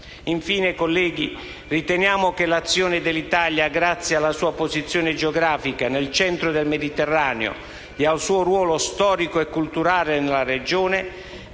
Infine, colleghi, riteniamo che l'azione dell'Italia, grazie alla sua posizione geografica nel centro del Mediterraneo e al suo ruolo storico e culturale nella regione,